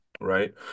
right